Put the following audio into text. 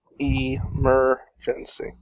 Emergency